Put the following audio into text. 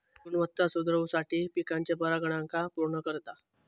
गुणवत्ता सुधरवुसाठी पिकाच्या परागकणांका पुर्ण करता